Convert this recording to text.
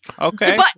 Okay